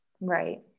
Right